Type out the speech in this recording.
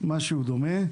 משהו דומה,